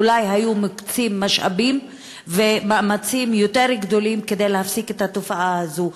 אולי היו מקצים משאבים ומאמצים יותר גדולים כדי להפסיק את התופעה הזאת.